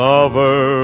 Lover